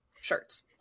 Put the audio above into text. shirts